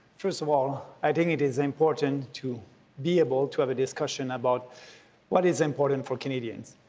first of all, i think it is important to be able to have a discussion about what is important for canadians.